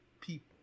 people